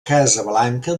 casablanca